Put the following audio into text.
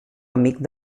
amic